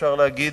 אפשר להגיד,